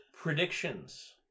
Predictions